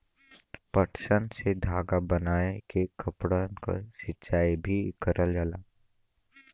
पटसन से धागा बनाय के कपड़न क सियाई भी करल जाला